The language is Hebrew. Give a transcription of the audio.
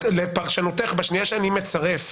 לפרשנותך, ברגע שאני מצרף